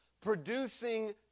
producing